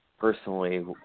personally